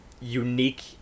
unique